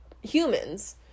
humans